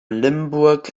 limburg